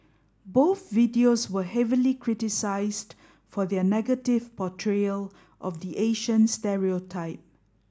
both videos were heavily criticised for their negative portrayal of the Asian stereotype